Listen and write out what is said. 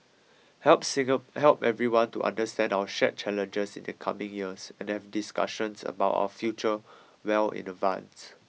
help help everyone to understand our shared challenges in the coming years and have discussions about our future well in advance